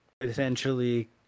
essentially